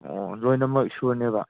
ꯑꯣ ꯂꯣꯏꯅꯃꯛ ꯁꯨꯅꯦꯕ